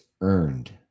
earned